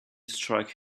strike